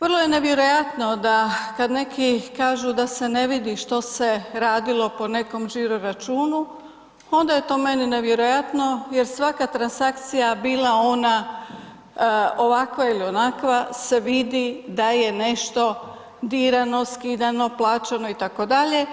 Vrlo je nevjerojatno da kad neki kažu da se ne vidi što se radilo po nekom žiro računu onda je to meni nevjerojatno jer svaka transakcija bila ona ovakva ili onakva se vidi da je nešto dirano, skidano, plaćano itd.